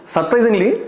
Surprisingly